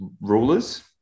rulers